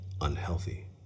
unhealthy